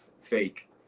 fake